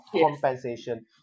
compensation